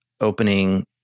opening